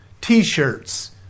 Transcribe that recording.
t-shirts